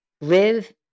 live